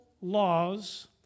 laws